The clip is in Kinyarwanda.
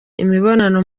imibonano